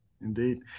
indeed